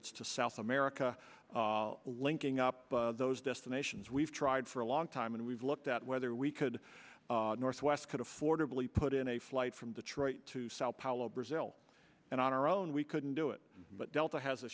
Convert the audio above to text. it's to south america linking up those destinations we've tried for a long time and we've looked at whether we could northwest could affordably put in a flight from detroit to sao paolo brazil and on our own we couldn't do it but delta has a